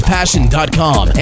Passion.com